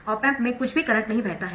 op amp में कुछ भी करंट नहीं बहता है